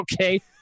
okay